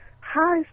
Hi